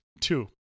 Two